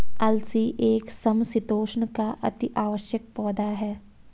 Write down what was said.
अलसी एक समशीतोष्ण का अति आवश्यक पौधा है